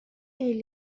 ele